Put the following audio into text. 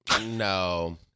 No